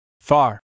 far